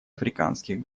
африканских